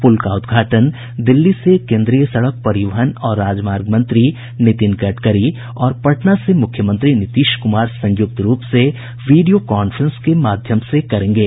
पुल का उद्घाटन दिल्ली से केन्द्रीय सड़क परिवहन और राजमार्ग मंत्री नितिन गडकरी और पटना से मुख्यमंत्री नीतीश कुमार संयुक्त रूप से वीडियो कांफ्रेंस के माध्यम से करेंगे